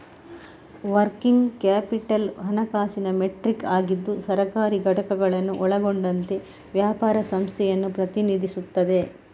working capital ಹಣಕಾಸಿನ metric ಆಗಿದ್ದು ಸರ್ಕಾರಿ ಘಟಕಗಳನ್ನು ಒಳಗೊಂಡಂತೆ ವ್ಯಾಪಾರ ಸಂಸ್ಥೆಯನ್ನು ಪ್ರತಿನಿಧಿಸುತ್ತದೆ